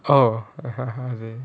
oh